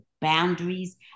boundaries